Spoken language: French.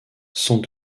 sont